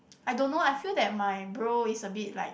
I don't know I feel that my bro is a bit like